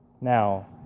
Now